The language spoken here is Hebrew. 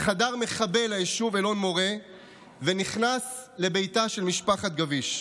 חדר מחבל ליישוב אלון מורה ונכנס לביתה של משפחת גביש.